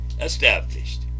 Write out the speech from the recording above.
established